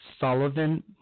Sullivan